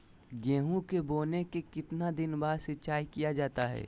गेंहू के बोने के कितने दिन बाद सिंचाई किया जाता है?